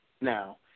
Now